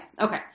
Okay